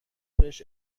بهش